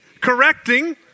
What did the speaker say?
correcting